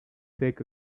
take